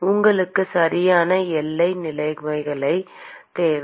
மாணவர் உங்களுக்கு சரியான எல்லை நிலைமைகள் தேவை